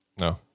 No